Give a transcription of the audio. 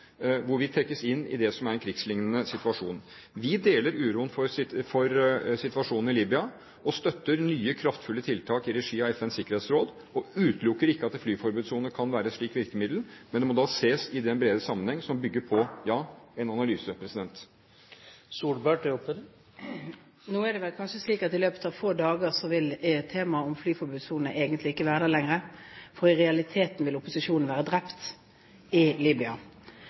hvor vi trekkes inn i det som er en krigslignende situasjon. Vi deler uroen for situasjonen i Libya, og støtter nye, kraftfulle tiltak i regi av FNs sikkerhetsråd, og utelukker ikke at en flyforbudssone kan være et slikt virkemiddel. Men det må da sees i den bredere sammenheng som bygger på – ja – en analyse. Nå er det vel slik at i løpet av få dager vil temaet om flyforbudssone egentlig ikke være der lenger, for i realiteten vil opposisjonen være drept i Libya.